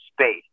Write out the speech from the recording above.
space